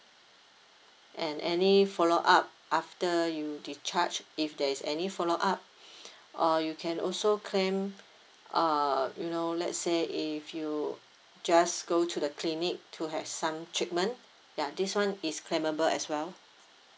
and any follow up after you discharge if there is any follow up or you can also claim uh you know let's say if you just go to the clinic to have some treatment ya this one is claimable as well